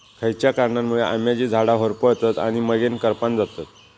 खयच्या कारणांमुळे आम्याची झाडा होरपळतत आणि मगेन करपान जातत?